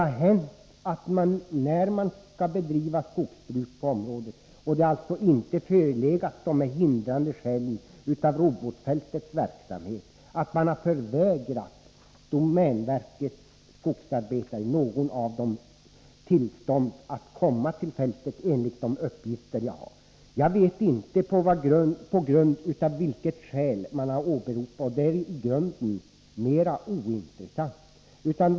När skogsbruk skall bedrivas inom området och det alltså inte förelegat något hinder på grund av verksamheten vid robotfältet har det hänt — enligt de uppgifter jag har — att någon av domänverkets skogsarbetare förvägrats tillstånd att komma till fältet. Jag vet inte vilket skäl som har åberopats, och det är i grunden mera ointressant.